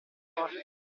porta